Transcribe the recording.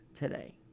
today